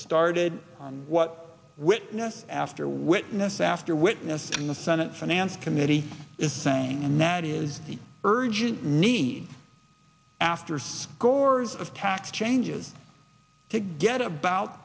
started on what witness after witness after witness in the senate finance committee is saying and that is the urgent need after scores of tax changes to get about